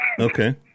okay